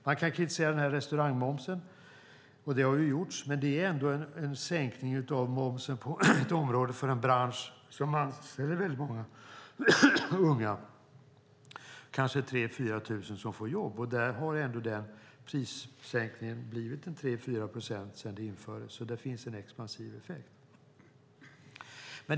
Man kan kritisera restaurangmomsen - och det har gjorts - men det är ändå en sänkning av momsen för en bransch som anställer många unga. Det kanske är 3 000-4 000 som får jobb, och prissänkningen har blivit 3-4 procent sedan den infördes. Det finns alltså en expansiv effekt.